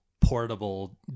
portable